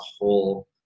whole